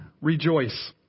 Rejoice